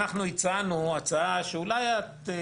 אנחנו הצענו הצעה שאולי את,